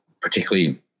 particularly